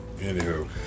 Anywho